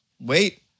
Wait